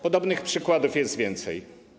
Podobnych przykładów jest więcej.